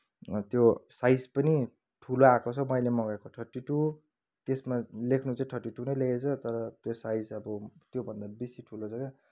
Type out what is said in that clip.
त्यो साइज पनि ठुलो आएको छ मैले मगाएको थर्टी टू त्यसमा लेख्नु चाहिँ थर्टी टू नै लेखेको छ तर त्यो साइज अब त्यो भन्दा बेसी ठुलो छ क्या